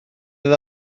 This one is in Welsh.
oedd